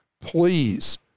please